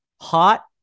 hot